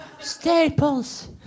Staples